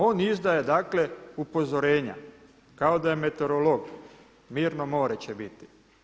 On izdaje dakle upozorenja, kao da je meteorolog, mirno more će biti.